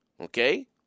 okay